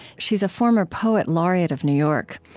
she is a former poet laureate of new york.